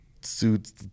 suits